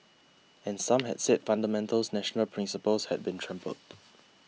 and some had said fundamental national principles had been trampled